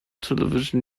television